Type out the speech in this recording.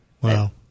Wow